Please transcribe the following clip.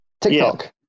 TikTok